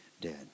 dead